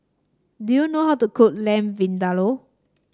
do you know how to cook Lamb Vindaloo